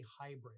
hybrid